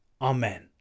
Amen